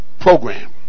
program